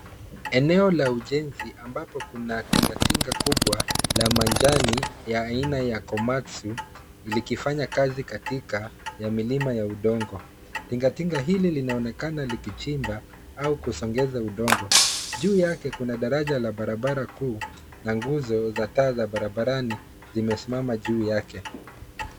Eneo la ujenzi ambapo kuna tingatinga kubwa la manjani la aina ya komatsi likifanya kazi katika ya milila ya udongo. Tingatinga hili linaonekana kuchimba au kusongeza udongo. Juu yake kuna daraja la barabara kuu na nguzo za taa za barabarani zimesimama juu yake.